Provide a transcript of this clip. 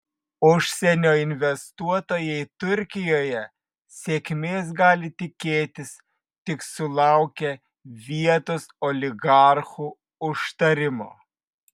užsienio investuotojai turkijoje sėkmės gali tikėtis tik sulaukę vietos oligarchų užtarimo